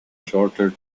shorter